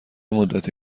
مدتی